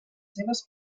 seves